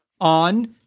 on